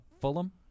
Fulham